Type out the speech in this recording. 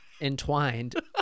entwined